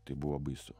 tai buvo baisu